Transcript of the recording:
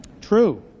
True